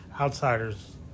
Outsiders